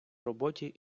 роботі